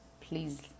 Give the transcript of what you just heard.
please